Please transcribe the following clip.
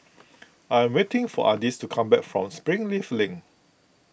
I am waiting for Ardis to come back from Springleaf Link